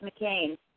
McCain